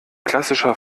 klassischer